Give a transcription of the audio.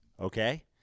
okay